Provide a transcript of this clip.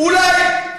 אולי,